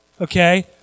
Okay